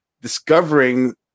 discovering